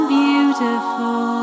beautiful